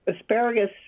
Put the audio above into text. Asparagus